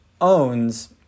owns